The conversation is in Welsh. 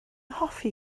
hoffi